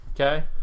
Okay